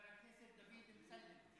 חבר הכנסת דוד אמסלם.